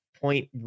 point